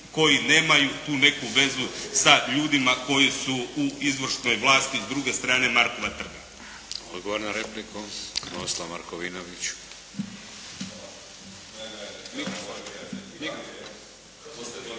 koji nemaju tu neku vezu sa ljudima koji su u izvršnoj vlasti s druge strane Markova trga.